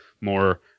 more